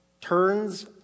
turns